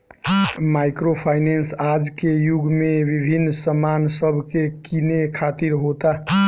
micro finance आज के युग में विभिन्न सामान सब के किने खातिर होता